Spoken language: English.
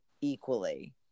equally